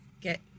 get